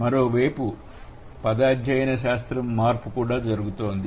మరోవైపుపద అధ్యయన శాస్త్రము మార్పు కూడా జరుగుతోంది